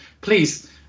please